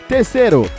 Terceiro